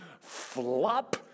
flop